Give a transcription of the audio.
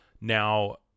Now